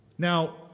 Now